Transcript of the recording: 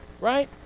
right